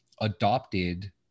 adopted